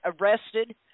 arrested